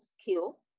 skill